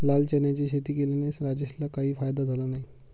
लाल चण्याची शेती केल्याने राजेशला काही फायदा झाला नाही